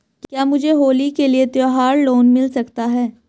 क्या मुझे होली के लिए त्यौहार लोंन मिल सकता है?